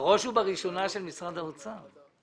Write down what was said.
בראש ובראשונה של משרד האוצר.